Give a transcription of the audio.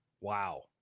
Wow